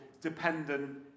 dependent